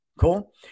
Cool